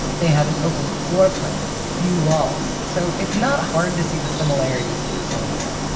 they have an open floorplan with few walls, so it's not hard to see the similarities to usonia.